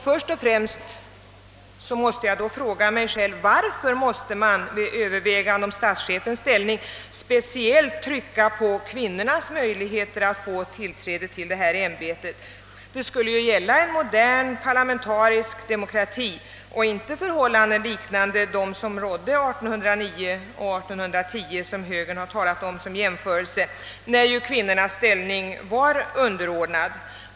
Först och främst vill jag fråga: Varför måste man vid övervägandena om statschefens ställning speciellt trycka på kvinnornas möjligheter att få tillträde till ämbetet? Det är ju självklart. Vi skall väl ändå ha en modern parlamentarisk demokrati och inte återgå till förhållanden liknande dem som rådde 1809 och 1810 år som högern jämför med — då kvinnans ställning ju var underordnad.